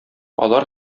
алар